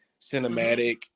cinematic